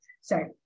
sorry